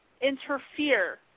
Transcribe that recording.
Interfere